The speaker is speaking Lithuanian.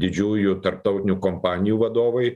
didžiųjų tarptautinių kompanijų vadovai